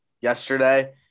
yesterday